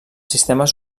sistemes